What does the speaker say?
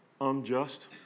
unjust